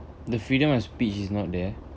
the freedom of speech is not there